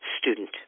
student